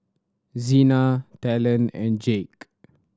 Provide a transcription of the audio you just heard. Zina Talon and Jacque